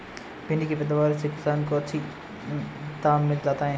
भिण्डी के पैदावार से किसान को अच्छा दाम मिल जाता है